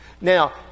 Now